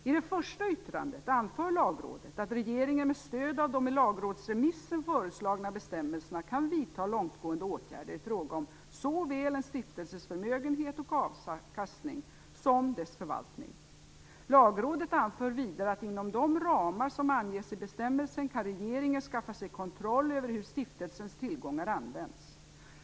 I det första yttrandet anför Lagrådet att regeringen med stöd av de i lagrådsremissen föreslagna bestämmelserna kan vidta långtgående åtgärder i fråga om såväl en stiftelses förmögenhet och avkastning som dess förvaltning. Lagrådet anför vidare att inom de ramar som anges i bestämmelsen kan regeringen skaffa sig kontroll över hur stiftelsens tillgångar används.